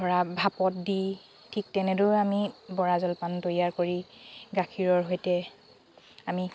ধৰা ভাপত দি ঠিক তেনেদৰেও আমি বৰা জলপান তৈয়াৰ কৰি গাখীৰৰ সৈতে আমি